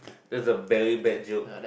that's a very bad joke